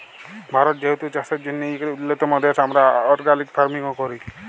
ভারত যেহেতু চাষের জ্যনহে ইক উল্যতম দ্যাশ, আমরা অর্গ্যালিক ফার্মিংও ক্যরি